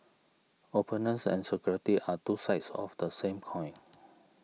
openness and security are two sides of the same coin